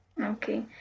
Okay